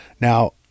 now